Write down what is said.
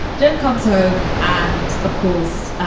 john comes home and of course,